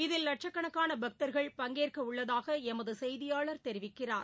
இதில் லட்சக்கணக்கான பக்தர்கள் பங்கேற்கவுள்ளதாக எமது செயதியாளர் தெரிவிக்கிறார்